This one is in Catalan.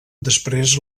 després